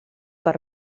per